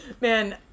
Man